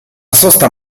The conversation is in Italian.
sosta